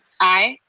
aye.